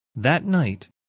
that night,